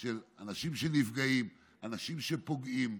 של אנשים שנפגעים, אנשים שפוגעים,